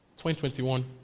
2021